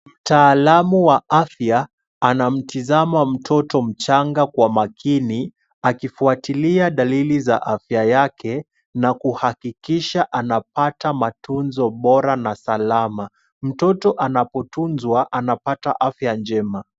Mtaalamu wa afya anamtizama mtoto mchanga kwa makini akifuatilia dalili za afya yake na kuhakikisha anapata matunzo bora na salama. Mtoto anapotunzwa anapata afya njema.